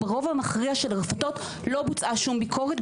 ברוב המכריע של הרפתות לא בוצעה שום ביקורת.